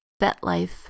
Betlife